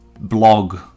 blog